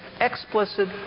explicit